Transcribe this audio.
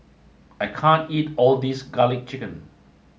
I can't eat all this Garlic Chicken